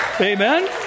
Amen